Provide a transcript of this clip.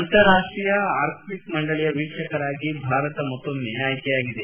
ಅಂತಾರಾಷ್ಷೀಯ ಆರ್ಕ್ಷಿಕ್ ಮಂಡಳಿಯ ವೀಕ್ಷಕರಾಗಿ ಭಾರತ ಮತ್ತೊಮ್ಮೆ ಆಯ್ತೆಯಾಗಿದೆ